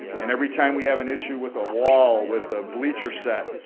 and every time we have an issue with a wall, with a bleacher set,